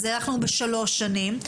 אז אנחנו ב-3 שנים,